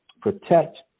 protect